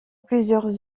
plusieurs